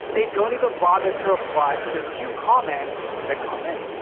they don't even bother to reply to the few comments that come in.